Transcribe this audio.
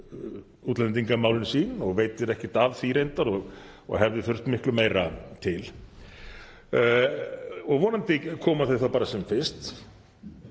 útlendingamálin sín og veitir ekkert af því reyndar og hefði þurft miklu meira til og vonandi koma þau þá bara sem fyrst.